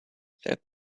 said